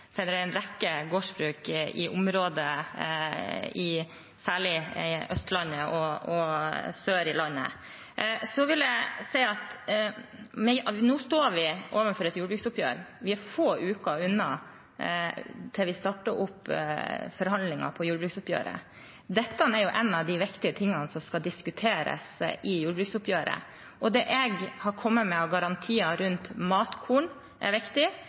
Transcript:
for en rekke gårdsbruk, særlig i områder på Østlandet og sør i landet. Så vil jeg si at nå står vi overfor et jordbruksoppgjør. Vi er få uker unna å starte opp forhandlingene, jordbruksoppgjøret. Dette er en av de viktige tingene som skal diskuteres i jordbruksoppgjøret. Det jeg har kommet med av garantier rundt matkorn, er viktig,